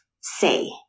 say